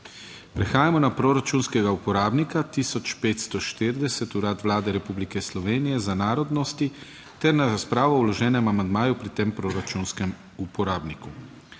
Prehajamo na proračunskega uporabnika 1540, Urad Vlade Republike Slovenije za narodnosti ter na razpravo o vloženem amandmaju pri tem proračunskem uporabniku.